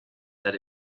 that